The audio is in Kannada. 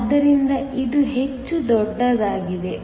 ಆದ್ದರಿಂದ ಇದು ಹೆಚ್ಚು ದೊಡ್ಡದಾಗಿದೆ